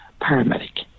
paramedic